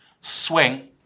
swing